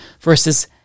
versus